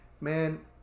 Man